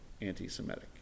anti-Semitic